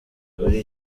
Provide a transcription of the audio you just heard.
kuri